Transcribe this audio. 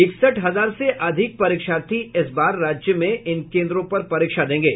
इकसठ हजार से अधिक परीक्षार्थी इस बार राज्य में इन केन्द्रों पर परीक्षा देंगे